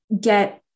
get